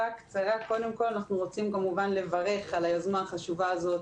קודם כול אנחנו רוצים לברך על היוזמה החשובה הזאת,